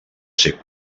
ser